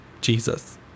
Jesus